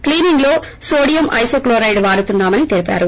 క్లినింగ్లో sodium ఐసోక్లోరైడ్ వాడుతున్నామని తెలిపారు